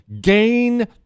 Gain